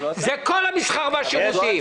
זה כל המסחר והשירותים.